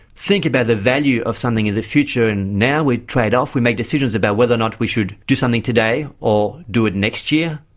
think about the value of something in the future and now we trade-off, we make decisions about whether or not we should do something today or do it next year.